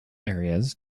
areas